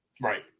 Right